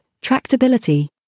tractability